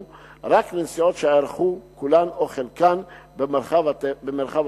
רק לנסיעות שנערכו כולן או חלקן במרחב התפר.